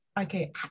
okay